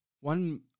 One